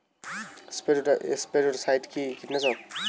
স্পোডোসাইট কি কীটনাশক?